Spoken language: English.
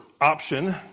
option